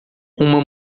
uma